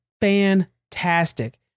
fantastic